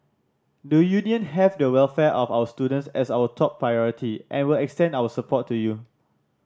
the Union have the welfare of our students as our top priority and will extend our support to you